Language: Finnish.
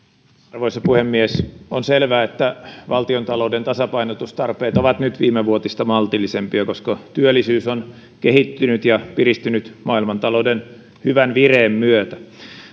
arvoisa puhemies on selvää että valtiontalouden tasapainotustarpeet ovat nyt viimevuotista maltillisempia koska työllisyys on kehittynyt ja piristynyt maailmantalouden hyvän vireen myötä